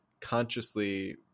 consciously